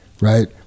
right